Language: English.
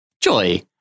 Joy